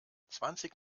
zwanzig